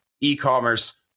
e-commerce